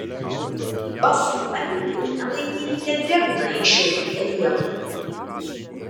pasėtą pipirnę laikykite drėgnai šiltoje vietoje